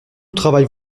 travaille